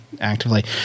actively